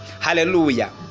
Hallelujah